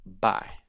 Bye